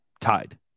Tied